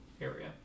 area